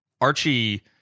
Archie